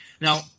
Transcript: Now